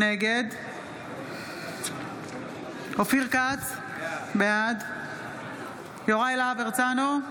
נגד אופיר כץ, בעד יוראי להב הרצנו,